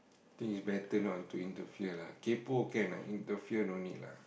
think is better not to interfere lah kaypoh can lah interfere no need lah